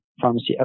pharmacy